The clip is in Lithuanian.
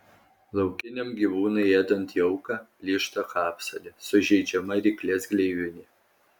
laukiniam gyvūnui ėdant jauką plyšta kapsulė sužeidžiama ryklės gleivinė